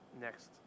next